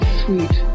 sweet